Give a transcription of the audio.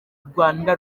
rwanda